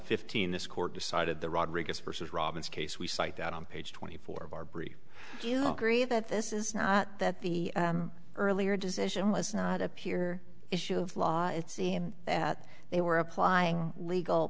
fifteen this court decided the rodriguez versus robin's case we cite that on page twenty four of our brief you know that this is not that the earlier decision was not appear issue of law it seemed that they were applying legal